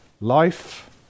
life